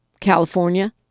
California